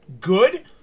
good